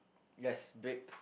yes big